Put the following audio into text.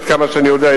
עד כמה שאני יודע,